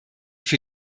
für